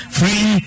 free